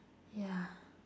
yeah